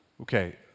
Okay